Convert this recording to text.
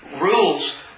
rules